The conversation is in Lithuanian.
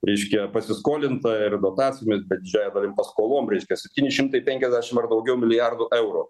reiškia pasiskolinta ir dotacijomis bet didžiąja dalim paskolom reiškias septyni šimtai penkiasdešim ar daugiau milijardų eurų